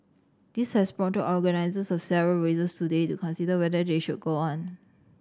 this has prompted organisers of several races today to consider whether they should go on